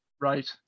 Right